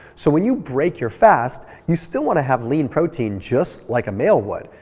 so when you break your fast, you still want to have lean protein just like a male would.